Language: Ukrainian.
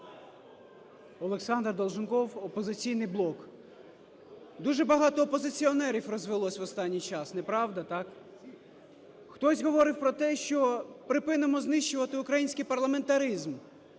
Олександр Долженков, "Опозиційний блок". Дуже багато опозиціонерів розвелось в останній час, неправда, так? Хтось говорив про те, що припинимо знищувати український парламентаризм.